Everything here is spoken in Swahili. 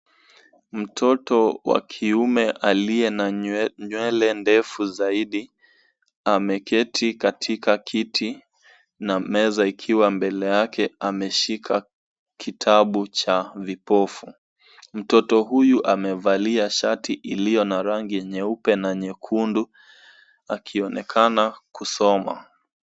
Mtoto wa kiume aliye na nywele ndefu zaidi, ameketi katika kiti na meza ikiwa mbele yake. Ameshika kitabu cha vipofu. Mtoto huyu amevalia shati iliyo na rangi nyeupe na nyekundu akionekana kusoma.